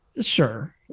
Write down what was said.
sure